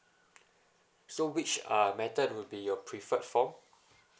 so which are method would be your preferred form